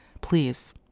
Please